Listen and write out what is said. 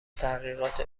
تحقیقات